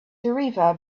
tarifa